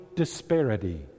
disparity